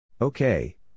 Okay